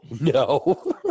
No